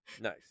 Nice